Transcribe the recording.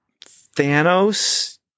Thanos